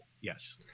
Yes